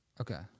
okay